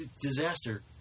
disaster